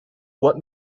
what